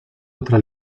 otra